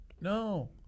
No